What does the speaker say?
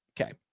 Okay